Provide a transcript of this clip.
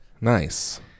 nice